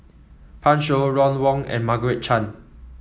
Pan Shou Ron Wong and Margaret Chan